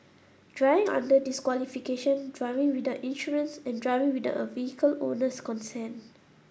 driving under disqualification driving without insurance and driving without the vehicle owner's consent